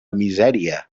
misèria